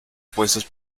puestos